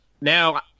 now